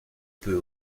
peut